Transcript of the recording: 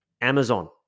Amazon